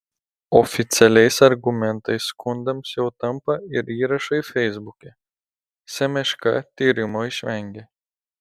oficialiais argumentais skundams jau tampa ir įrašai feisbuke semeška tyrimo išvengė